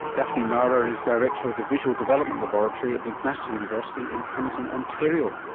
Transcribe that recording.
daphne maurer is director of the visual development laboratory at mcmaster university in hamilton, ontario